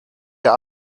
der